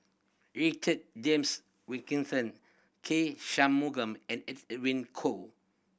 Richard James Wilkinson K Shanmugam and Edwin Koo